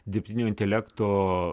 dirbtinio intelekto